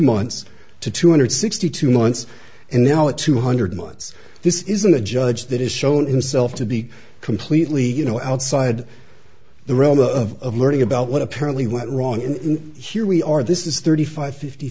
months to two hundred sixty two months and now at two hundred months this isn't a judge that has shown himself to be completely you know outside the realm of learning about what apparently went wrong in here we are this is thirty five fifty